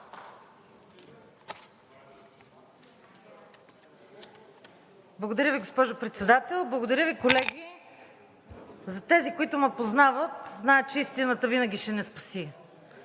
Благодаря Ви, госпожо Председател. Благодаря Ви, колеги. За тези, които ме познават, знаят, че истината винаги ще ни спаси